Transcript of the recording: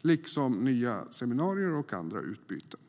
liksom nya seminarier och andra utbyten.